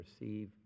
receive